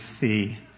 see